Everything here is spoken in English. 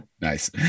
Nice